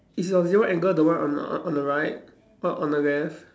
is your zero angle the one on on the right or on the left